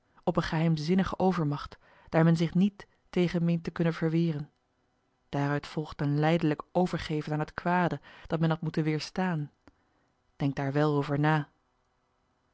op eene geheimzinnige overmacht daar men zich niet tegen meent te kunnen verweren daaruit volgt een lijdelijk overgeven aan het kwade dat men had moeten weêrstaan denkt daar wel over na